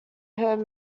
heard